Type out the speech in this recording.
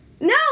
No